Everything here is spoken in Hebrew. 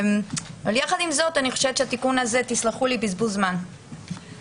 יחד עם זאת, התיקון הזה הוא בזבוז זמן, סילחו לי.